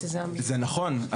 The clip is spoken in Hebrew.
זה נכון,